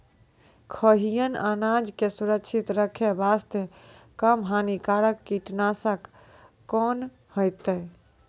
खैहियन अनाज के सुरक्षित रखे बास्ते, कम हानिकर कीटनासक कोंन होइतै?